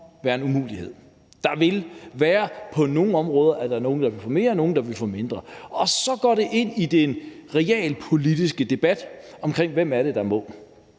være en umulighed. På nogle områder er der nogle, der vil få mere, og andre, der vil få mindre. Og så går vi ind i den realpolitiske debat om, hvem det er, der må